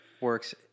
works